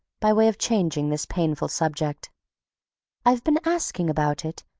by way of changing this painful subject i've been asking about it,